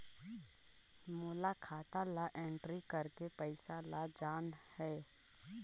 मोला खाता ला एंट्री करेके पइसा ला जान हे?